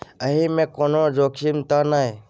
एहि मे कोनो जोखिम त नय?